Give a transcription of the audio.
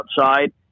outside